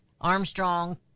Armstrong